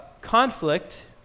conflict